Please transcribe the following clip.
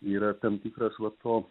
yra tam tikras va to